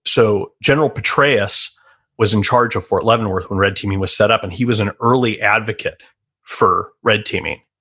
so, general petraeus was in charge of fort leavenworth when red teaming was set up and he was an early advocate for red teaming.